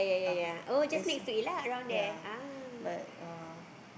ah it's yeah but uh